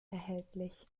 erhältlich